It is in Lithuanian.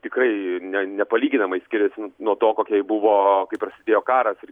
tikrai ne nepalyginamai skiriasi nuo to kokia ji buvo kai prasidėjo karas ir